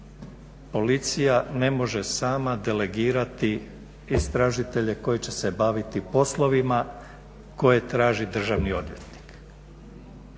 policija ne može sama delegirati istražitelje koji će se baviti poslovima koje traži državni odvjetnik.